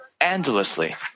endlessly